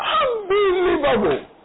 Unbelievable